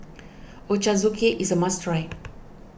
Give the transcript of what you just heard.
Ochazuke is a must try